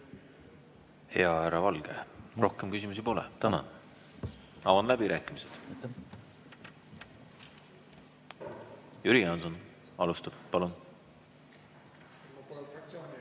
Hea härra Valge, rohkem küsimusi ei ole. Tänan! Avan läbirääkimised. Jüri Jaanson alustab, palun!